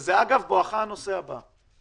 וזה אגב בואכה הנושא הבא,